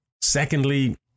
Secondly